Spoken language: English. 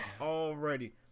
Already